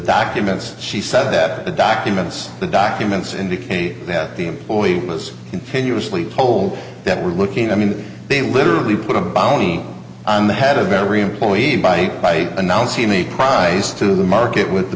documents she said that the documents the documents indicate that the employee has continuously told that we're looking i mean they literally put a bounty on the head of every employee by announcing the prize to the market with the